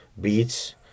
Beats